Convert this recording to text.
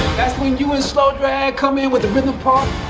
that's when you and slow drag come in with the rhythm part.